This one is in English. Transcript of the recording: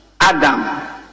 Adam